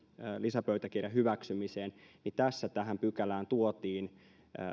lisäpöytäkirjan hyväksymiseen toi tähän pykälään